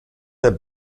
der